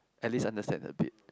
at least understand a bit